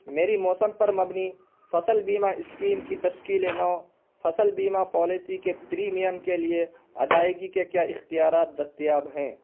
میری موسم پر مبنی فصل بیمہ اسکیم کی تشکیل نو فصل بیمہ پالیسی کے پریمیم کے لیے ادائیگی کے کیا اختیارات دستیاب ہیں